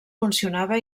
funcionava